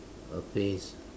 a phrase